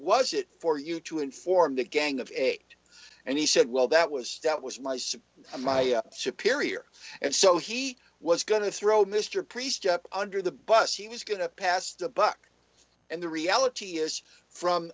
was it for you to inform the gang of eight and he said well that was that was my suit and my superior and so he was going to throw mr priest under the bus he was going to pass the buck and the reality is from